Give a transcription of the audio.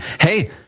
hey